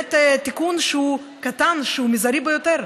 באמת בתיקון שהוא קטן, שהוא זעיר ביותר,